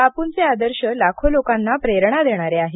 बापूंचे आदर्श लाखो लोकांना प्रेरणा देणारे आहेत